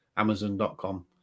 Amazon.com